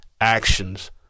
actions